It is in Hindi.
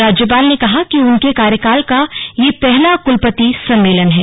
राज्यपाल ने कहा कि उनके कार्यकाल का यह पहला कुलपति सम्मेलन है